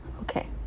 Okay